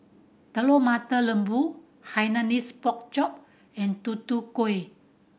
Telur Mata Lembu Hainanese Pork Chop and Tutu Kueh